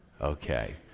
Okay